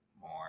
more